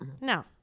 No